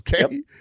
Okay